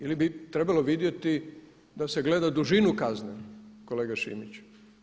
Ili bi trebalo vidjeti da se gleda dužinu kazne, kolega Šimiću?